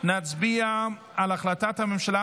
נצביע על החלטת הממשלה